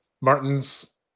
Martins